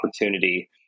opportunity